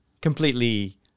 completely